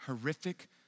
horrific